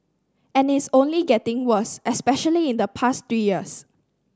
and it's only getting worse especially in the past three years